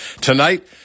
Tonight